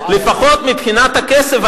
לפחות מבחינת הכסף,